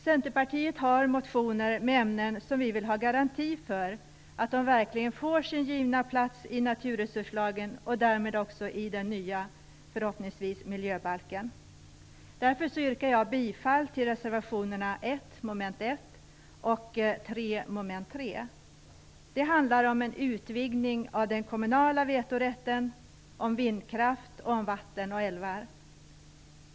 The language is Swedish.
Centerpartiet har motioner i frågor som vi vill ha garanti för att de skall ha sin givna plats i naturresurslagen och därmed också i den nya miljöbalken. Därför yrkar jag bifall till reservationerna nr 1 under mom. 1 och nr 3 under mom. 3. Reservationerna handlar om en utvidgning av den kommunala vetorätten, om vindkraft och om vatten och älvar.